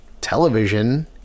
television